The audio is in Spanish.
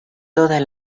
todas